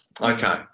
Okay